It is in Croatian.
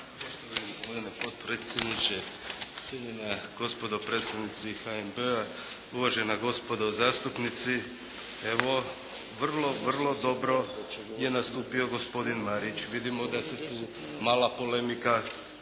Gospodine potpredsjedniče, cijenjena gospodo predstavnici HNB-a, uvažena gospodo zastupnici! Evo vrlo, vrlo dobro je nastupio gospodin Marić. Vidimo da se tu mala polemika